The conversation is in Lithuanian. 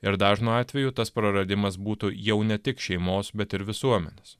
ir dažnu atveju tas praradimas būtų jau ne tik šeimos bet ir visuomenės